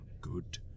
good